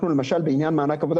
הוא כזה שלמשל בעניין מענק עבודה